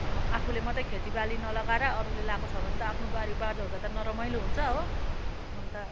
आफूले मात्र खेतीबाली नलगाएर अरूले लगाको छ भने त आफ्नो बारी बाँझो हुँदा त नरमाइलो हुन्छ हो अन्त